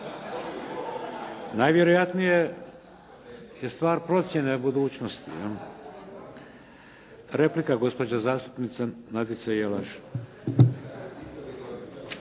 Najvjerojatnije je stvar procjene budućnosti. Replika, gospođa zastupnica Nadica Jelaš.